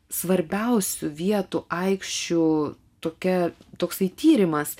svarbiausių vietų aikščių tokia toksai tyrimas